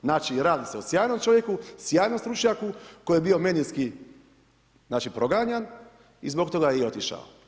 Znači radi se o sjajnom čovjeku, sjajnom stručnjaku koji je bio medijski proganjan i zbog toga je i otišao.